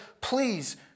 please